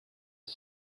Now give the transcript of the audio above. are